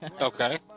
Okay